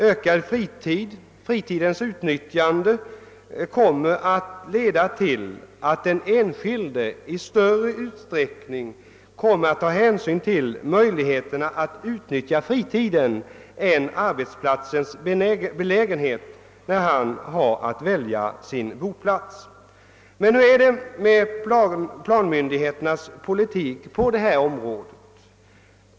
Ökad fritid och önskan att utnyttja denna fritid kommer att leda till att den enskilde i större utsträckning kommer att ta hänsyn till möjligheterna att utnyttja fritiden än till arbetsplatsens belägenhet när han skall välja sin boplats. Men hur är det med planmyndigheternas politik på detta område?